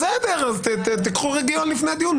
אז קחו רגיעון לפני הדיון.